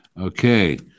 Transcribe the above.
Okay